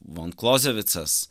von klozevicas